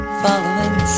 following